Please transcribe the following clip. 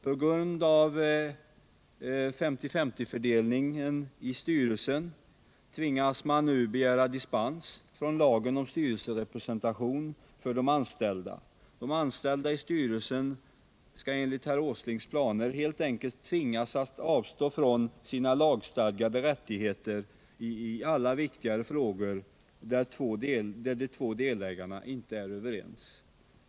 På grund av 50-50-fördelningen i styrelsen tvingas man nu begära dispens från lagen om styrelserepresentation för de anställda i aktiebolag och ekonomiska föreningar. De anställda i styrelsen skall enligt herr Åslings planer helt enkelt tvingas att avstå från sina lagstadgade rättigheter i alla viktigare frågor, där de två delägarna inte är överens.